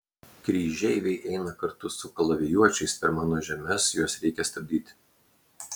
kryžeiviai eina kartu su kalavijuočiais per mano žemes juos reikia stabdyti